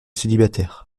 célibataire